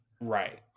Right